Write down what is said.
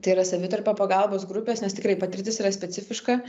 tai yra savitarpio pagalbos grupės nes tikrai patirtis yra specifiška